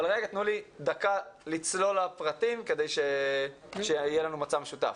אבל תנו לי דקה לצלול לפרטים כדי שיהיה לנו מצע משותף.